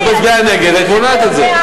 אם היית מצביעה נגד היית מונעת את זה.